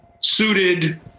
suited